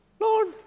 Lord